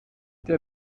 der